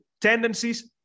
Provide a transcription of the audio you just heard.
tendencies